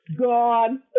gone